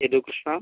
Yadhu Krishna